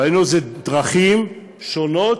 דהיינו, אלה דרכים שונות,